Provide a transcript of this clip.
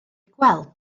gweld